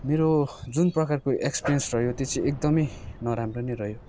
मेरो जुन प्रकारको एक्सपिरियन्स रह्यो त्यो चाहिँ एकदमै नराम्रो नै रह्यो